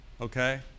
Okay